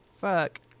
fuck